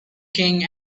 king